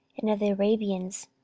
and of the arabians,